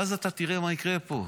ואז אתה תראה מה יקרה פה,